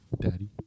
Daddy